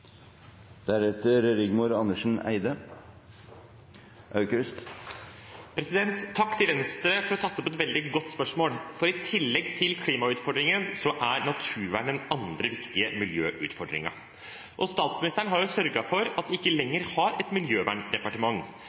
Takk til Venstre for å ha tatt opp et veldig godt spørsmål, for i tillegg til klimautfordringen er naturvern den andre viktige miljøutfordringen. Statsministeren har jo sørget for at vi ikke lenger har et miljøverndepartement.